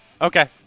Okay